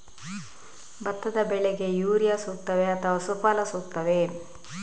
ಭತ್ತದ ಬೆಳೆಗೆ ಯೂರಿಯಾ ಸೂಕ್ತವೇ ಅಥವಾ ಸುಫಲ ಸೂಕ್ತವೇ?